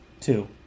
Two